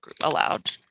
allowed